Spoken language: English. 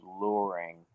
luring